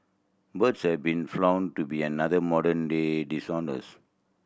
birds have been to be another modern day dishonest